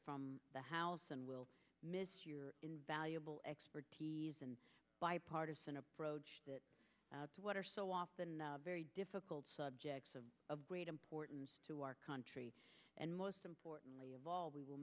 from the house and we'll miss your invaluable expertise and bipartisan approach to what are so often very difficult subjects of of great importance to our country and most importantly of all we will